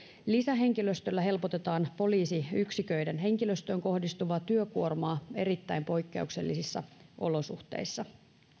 lisähenkilöstöllä helpotetaan poliisiyksiköiden henkilöstöön kohdistuvaa työkuormaa erittäin poikkeuksellisissa olosuhteissa